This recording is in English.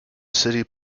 city